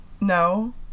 No